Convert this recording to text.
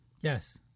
Yes